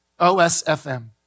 OSFM